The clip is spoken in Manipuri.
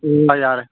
ꯎꯝ ꯌꯥꯔꯦ